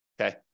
okay